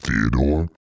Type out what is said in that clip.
Theodore